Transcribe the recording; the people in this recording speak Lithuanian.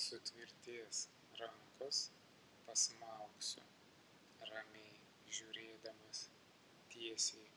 sutvirtės rankos pasmaugsiu ramiai žiūrėdamas tiesiai